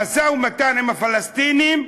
המשא-ומתן עם הפלסטינים,